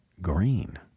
green